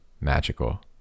magical